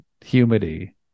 humidity